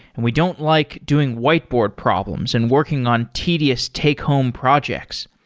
and we don't like doing whiteboard problems and working on tedious take home projects.